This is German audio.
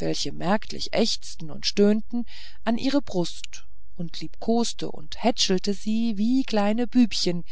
welche merklich ächzten und stöhnten an ihre brust und liebkoste und hätschelte sie wie kleine bübchen